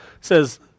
says